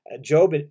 Job